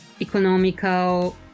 economical